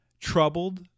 Troubled